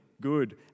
good